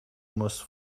must